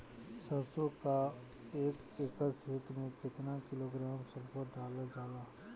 सरसों क एक एकड़ खेते में केतना किलोग्राम सल्फर डालल जाला?